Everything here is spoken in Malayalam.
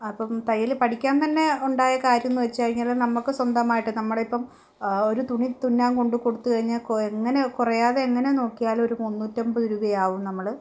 അപ്പം തൈയ്യൽ പഠിക്കാൻ തന്നെ ഉണ്ടായ കാര്യമെന്നു വെച്ചു കഴിഞ്ഞാൽ നമുക്ക് സ്വന്തമായിട്ട് നമ്മളിപ്പം ഒരു തുണി തുന്നാൻ കൊണ്ടു കൊടുത്തു കഴിഞ്ഞാൽ എങ്ങനെ കുറയാതെ എങ്ങനെ നോക്കിയാലും ഒരു മുന്നൂറ്റൻപത് രൂപയാകും നമ്മൾ